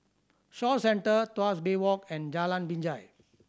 Shaw Centre Tuas Bay Walk and Jalan Binjai